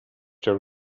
their